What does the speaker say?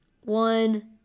one